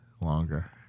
Longer